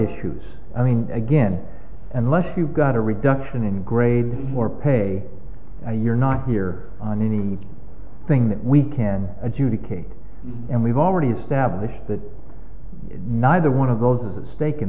issues i mean again unless you've got a reduction in grade or pay you're not here on any thing that we can adjudicate and we've already established that neither one of those has a stake in